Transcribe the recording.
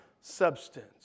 substance